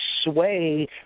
sway